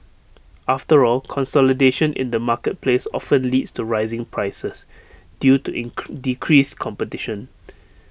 after all consolidation in the marketplace often leads to rising prices due to decreased competition